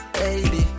baby